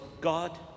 God